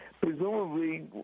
Presumably